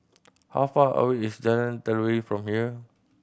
how far away is Jalan Telawi from here